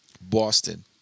Boston